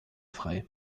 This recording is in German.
frei